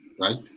right